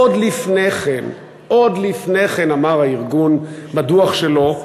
עוד לפני כן, עוד לפני כן אמר הארגון בדוח שלו,